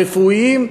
שירותים רפואיים,